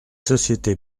sociétés